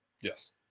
Yes